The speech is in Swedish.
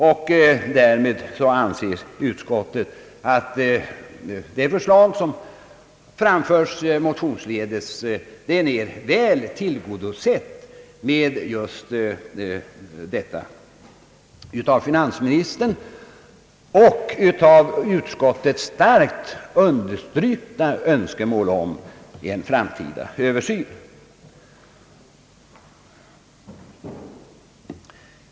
Utskottet anser att det förslag som har framförts motionsledes är väl tillgodosett genom det av finansministern och av utskottet starkt understrukna önskemålet om en framtida översyn.